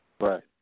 Right